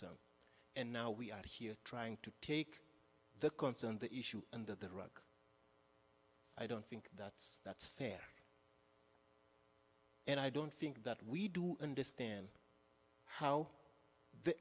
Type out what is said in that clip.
guns and now we are here trying to take the concern the issue under the rug i don't think that's that's fair and i don't think that we do understand how the